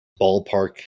ballpark